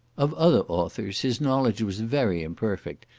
of other authors his knowledge was very imperfect,